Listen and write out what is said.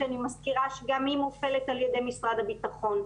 שאני מזכירה שגם היא מופעלת על ידי משרד הביטחון.